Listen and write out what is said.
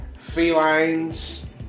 felines